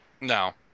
No